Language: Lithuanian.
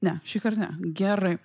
ne šįkart ne gerai